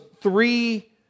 three